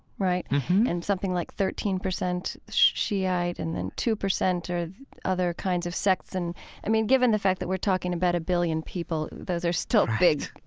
right? mm-hmm and something like thirteen percent shiite and then two percent are other kinds of sects. and i mean, given the fact that we're talking about a billion people, those are still big,